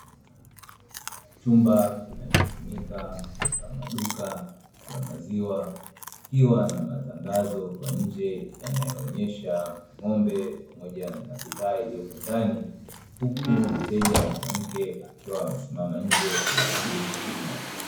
Chumba kinacho tumika kama duka la maziwa, kikiwa na matangazo kwa nje yanayo onyesha ng’ombe pamoja na bidhaa iliyopo ndani, huku mteja mwanamke akiwa amesimama nje anasubiri huduma.